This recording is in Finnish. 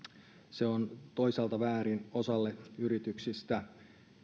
se on toisaalta väärin osalle yrityksistä